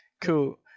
Cool